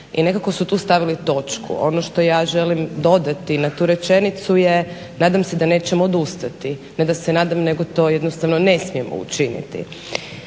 i nekako su tu stavili točku. Ono što ja želim dodati na tu rečenicu je, nadam se da nećemo odustati, ne da se nadam nego to jednostavno ne smijemo učiniti.